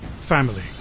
Family